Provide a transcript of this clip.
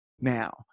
now